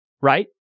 right